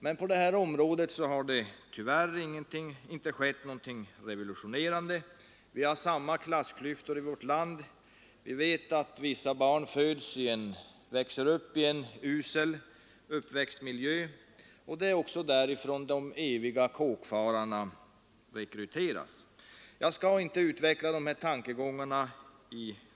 Men på detta område har det tyvärr inte skett någonting revolutionerande. Vi har samma klassklyftor i vårt land. Vi vet att vissa barn har en usel uppväxtmiljö, och det är också därifrån de eviga kåkfararna rekryteras. Jag skall inte utveckla dessa tankegångarna.